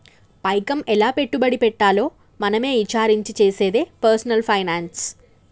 పైకం ఎలా పెట్టుబడి పెట్టాలో మనమే ఇచారించి చేసేదే పర్సనల్ ఫైనాన్స్